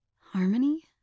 Harmony